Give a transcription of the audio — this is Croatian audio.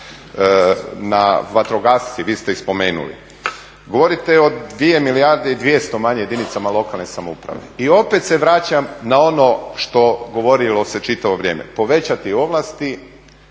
na vatrogasce, vi ste ih spomenuli. Govorite o 2 milijarde i 200 tisuća manje jedinicama lokalne samouprave i opet se vraćam na ono što govorilo se čitavo vrijeme, povećati ovlasti